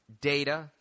data